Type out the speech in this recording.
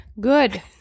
Good